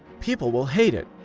people will hate it.